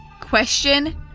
question